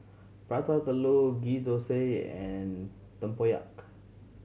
Prata Telur Ghee Thosai and tempoyak